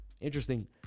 Interesting